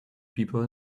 people